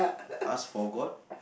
ask for god